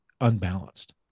unbalanced